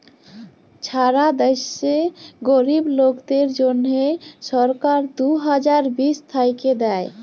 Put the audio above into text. ছারা দ্যাশে গরীব লোকদের জ্যনহে সরকার দু হাজার বিশ থ্যাইকে দেই